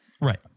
Right